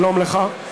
שלום לך,